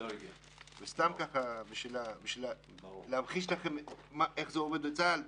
סתם כך כדי להמחיש לכם אך זה עובד בצה"ל,